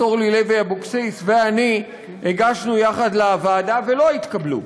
אורלי לוי אבקסיס ואני הגשנו יחד לוועדה ולא התקבלו.